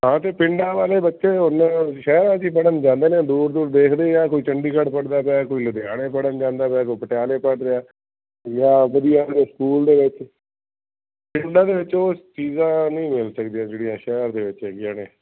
ਹਾਂ ਅਤੇ ਪਿੰਡਾਂ ਵਾਲੇ ਬੱਚੇ ਹੁਣ ਸ਼ਹਿਰਾਂ 'ਚ ਹੀ ਪੜ੍ਹਨ ਜਾਂਦੇ ਨੇ ਦੂਰ ਦੂਰ ਦੇਖਦੇ ਹਾਂ ਕੋਈ ਚੰਡੀਗੜ੍ਹ ਪੜ੍ਹਦਾ ਪਿਆ ਕੋਈ ਲੁਧਿਆਣੇ ਪੜ੍ਹਨ ਜਾਂਦਾ ਪਿਆ ਕੋਈ ਪਟਿਆਲੇ ਪੜ੍ਹ ਰਿਹਾ ਜਾਂ ਵਧੀਆ ਸਕੂਲ ਦੇ ਵਿੱਚ ਪਿੰਡਾਂ ਦੇ ਵਿੱਚ ਉਹ ਚੀਜ਼ਾਂ ਨਹੀਂ ਮਿਲ ਸਕਦੀਆਂ ਜਿਹੜੀਆਂ ਸ਼ਹਿਰ ਦੇ ਵਿੱਚ ਹੈਗੀਆਂ ਨੇ